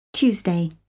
Tuesday